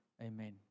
Amen